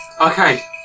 Okay